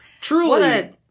Truly